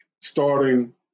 starting